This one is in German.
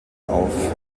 auf